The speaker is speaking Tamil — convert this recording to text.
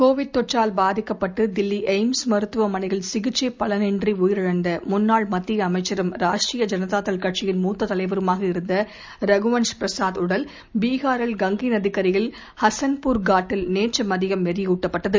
கோவிட் தொற்றால் பாதிக்கப்பட்டு தில்லி ஏய்ம்ஸ் மருத்துவமனையில் சிகிச்சை பலனின்றி உயரிழந்த முன்னாள் மத்திய அமைச்சரும் ராஷ்ரிய ஜனதா தள் கட்சியின் மூத்த தலைவருமாக இருந்த ரகுவள்ஷ் பிரசாத் உடல் பிகாரில் கங்கை நதிக் கரையில் ஹசன்பூர் கட் டில் நேற்று மதியம் எரியூட்ட்பட்டது